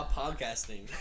podcasting